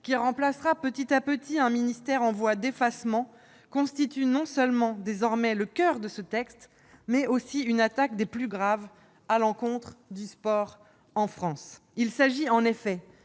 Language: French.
qui remplacera petit à petit un ministère en voie d'effacement, constitue non seulement désormais le coeur de ce texte, mais aussi une attaque des plus graves à l'encontre du sport en France. Il s'agit en effet